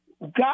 God